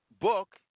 book